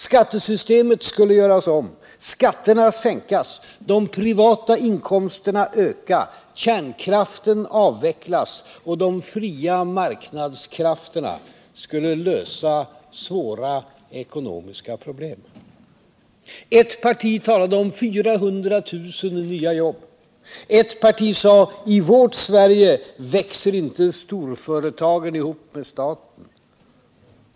Skattesystemet skulle göras om, skatterna sänkas, de privata inkomsterna öka. Kärnkraften skulle avvecklas. De fria marknadskrafterna skulle lösa svåra ekonomiska problem. Ett parti talade om 400 000 nya jobb. Ett parti sade: I vårt Sverige växer inte storföretagen ihop med staten.